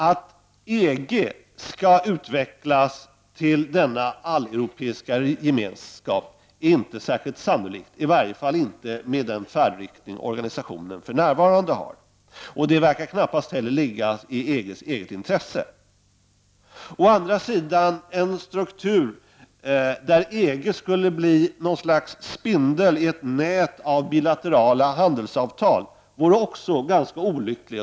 Att EG skall utvecklas till en sådan alleuropeisk gemenskap är inte särskilt sannolikt, i varje fall inte med den färdriktning som organisationen för närvarande har. Det verkar heller knappast ligga i EG:s eget intresse. Å andra sidan vore en struktur, där EG skulle bli ett slags spindel i ett nät av bilaterala handelsavtal, också ganska olycklig.